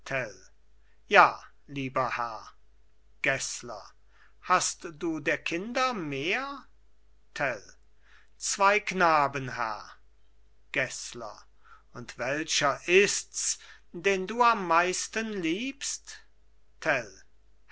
ja lieber herr gessler hast du der kinder mehr tell zwei knaben herr gessler und welcher ist's den du am meisten liebst